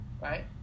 right